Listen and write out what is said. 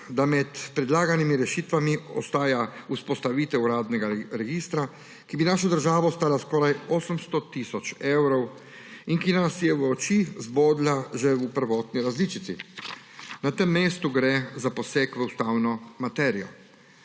da med predlaganimi rešitvami ostaja vzpostavitev uradnega registra, ki bi našo državo stala skoraj 800 tisoč evrov in ki nas je v oči zbodla že v prvotni različici. Na tem mestu gre za poseg v ustavno materijo,